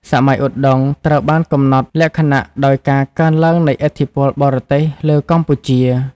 សម័យឧដុង្គត្រូវបានកំណត់លក្ខណៈដោយការកើនឡើងនៃឥទ្ធិពលបរទេសលើកម្ពុជា។